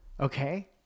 Okay